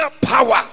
power